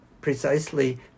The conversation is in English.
precisely